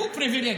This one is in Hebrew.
הוא פריבילג.